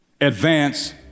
advance